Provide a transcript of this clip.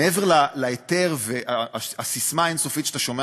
מעבר להיתר ולססמה האין-סופית שאתה שומע